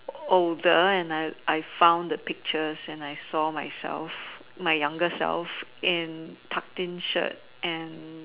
older and I I found the pictures I saw myself my younger self in tucked shirt and